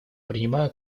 принимаю